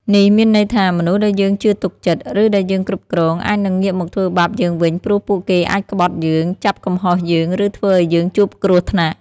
នេះមានន័យថាមនុស្សដែលយើងជឿទុកចិត្ត ឬដែលយើងគ្រប់គ្រង អាចនឹងងាកមកធ្វើបាបយើងវិញព្រោះពួកគេអាចក្បត់យើង ចាប់កំហុសយើង ឬធ្វើឱ្យយើងជួបគ្រោះថ្នាក់។